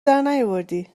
درنیاوردی